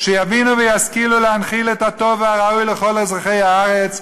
שיבינו וישכילו להנחיל את הטוב והראוי לכל אזרחי הארץ,